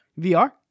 VR